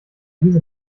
diese